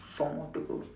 four more to go